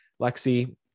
lexi